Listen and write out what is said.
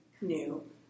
new